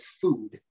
food